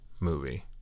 movie